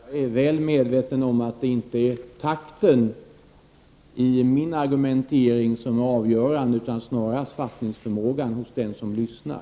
Herr talman! Får jag till Kurt Ove Johansson bara säga att jag är väl medveten om att det inte är takten i min argumentering som är avgörande, utan snarast fattningsförmågan hos den som lyssnar.